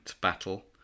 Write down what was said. Battle